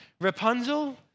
Rapunzel